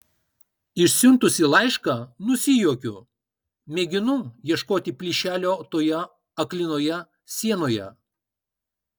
išsiuntusi laišką nusijuokiu mėginu ieškoti plyšelio toje aklinoje sienoje